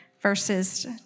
verses